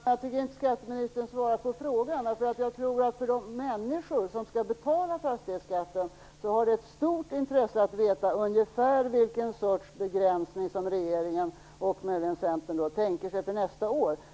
Herr talman! Jag tycker inte att skatteministern svarar på frågan. För de människor som skall betala fastighetsskatten har det ett stort intresse att veta ungefär vilken sorts begränsning som regeringen och möjligen Centern tänker sig för nästa år.